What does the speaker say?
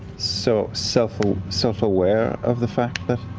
so, self-aware self-aware of the fact